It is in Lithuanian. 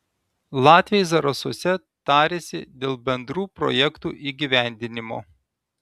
latviai zarasuose tarėsi dėl bendrų projektų įgyvendinimo